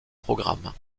programmes